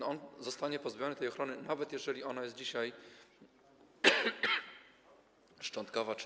On zostanie pozbawiony tej ochrony, nawet jeżeli ona jest dzisiaj szczątkowa czy